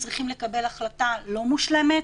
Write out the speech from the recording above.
היינו צריכים לקבל החלטה לא מושלמת,